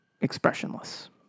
Expressionless